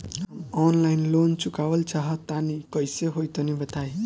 हम online loan चुकावल चाहऽ तनि कइसे होई तनि बताई?